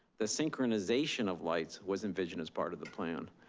the synchronization of lights was envisioned as part of the plan.